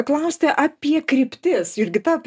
klausti apie kryptis jurgita